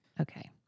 Okay